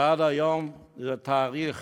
שעד היום זה תאריך